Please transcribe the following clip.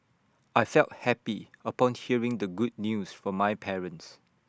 I felt happy upon hearing the good news from my parents